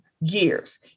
years